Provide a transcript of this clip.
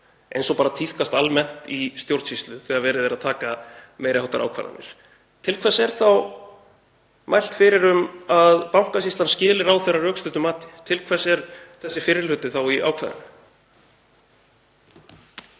eins og tíðkast almennt í stjórnsýslu þegar verið er að taka meiri háttar ákvarðanir, til hvers er þá mælt fyrir um að Bankasýslan skili ráðherra rökstuddu mati? Til hvers er þessi fyrri hluti þá í ákvæðinu?